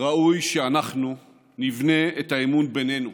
ראוי שאנחנו נבנה את האמון בינינו,